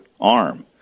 arm